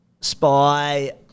Spy